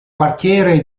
quartiere